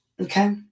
Okay